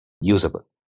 usable